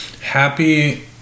Happy